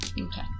Okay